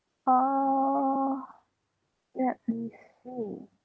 err yup useful